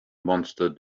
monster